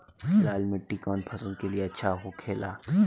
लाल मिट्टी कौन फसल के लिए अच्छा होखे ला?